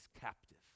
captive